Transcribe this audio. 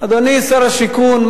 אדוני שר השיכון,